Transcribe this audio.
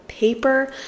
paper